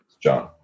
John